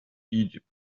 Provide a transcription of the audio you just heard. egypt